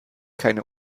keine